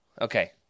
Okay